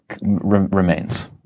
remains